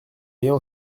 ayant